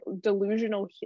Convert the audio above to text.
delusional